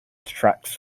tracks